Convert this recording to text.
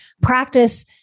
practice